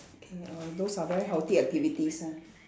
okay uh those are very healthy activities ah